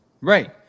Right